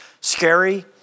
scary